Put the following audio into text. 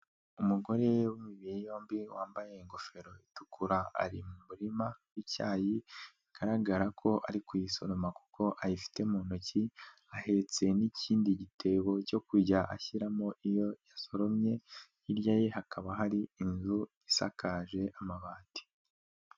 Umugore w'imibiri yombi wambaye ingofero itukura, ari mu murima w'icyayi bigaragara ko ari kuyisoroma kuko ayifite mu ntoki. Ahetse n'ikindi gitebo cyo kujya ashyiramo iyo yasoromye, hirya ye hakaba hari inzu isakaje amabati.